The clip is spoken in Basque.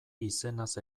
izenaz